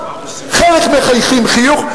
חלק מחייכים חיוך.